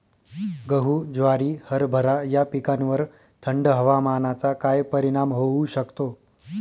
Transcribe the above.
गहू, ज्वारी, हरभरा या पिकांवर थंड हवामानाचा काय परिणाम होऊ शकतो?